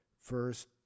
First